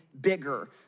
bigger